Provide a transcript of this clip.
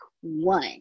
One